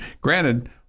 granted